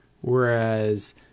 whereas